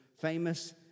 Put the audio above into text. famous